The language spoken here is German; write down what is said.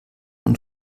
und